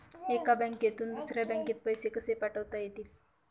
एका बँकेतून दुसऱ्या बँकेत पैसे कसे पाठवता येतील?